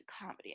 comedy